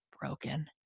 broken